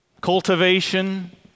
cultivation